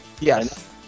Yes